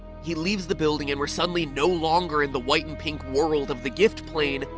he leaves the building and we're suddenly no longer in the white and pink world of the gift plane,